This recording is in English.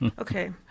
Okay